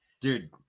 Dude